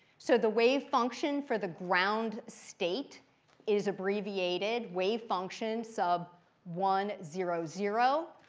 so the wave function for the ground state is abbreviated wave function sub one, zero, zero.